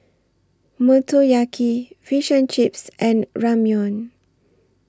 Motoyaki Fish and Chips and Ramyeon